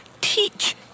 Teach